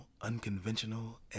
unconventional